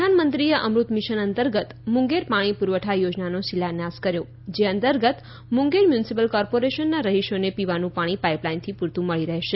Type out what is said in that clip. પ્રધાનમંત્રી એ અમૃત મિસન અંતર્ગત મુંગેર પાણી પુરવઠા યોજનાનો શિલાન્યાસ કર્યો જે મુંગેર મ્યુનિસિપલ કોર્પોરેશનના રહીશોને પીવાનું પાણી પાઇપલાઇનથી પૂરતું મળી રહેશે